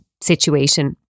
situation